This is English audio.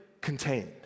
contained